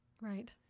Right